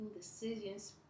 decisions